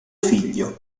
figlio